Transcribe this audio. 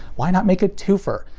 why not make a twofer,